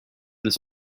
this